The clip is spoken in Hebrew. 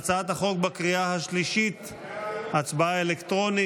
להלן תוצאות ההצבעה על ההסתייגות: 32 בעד,